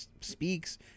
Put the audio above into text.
speaks